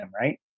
right